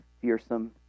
fearsome